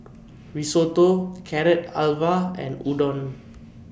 Risotto Carrot Halwa and Udon